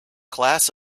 class